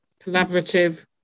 collaborative